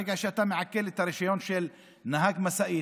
ברגע שאתה מעקל רישיון של נהג משאית,